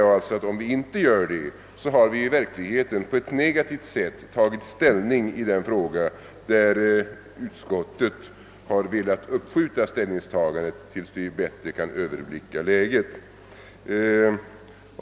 Gör vi inte detta har vi i verkligheten på ett negativt sätt tagit ställning i denna fråga, medan utskottet har velat uppskjuta ställningstagandet till läget kan överblickas bättre.